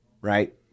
right